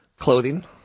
Clothing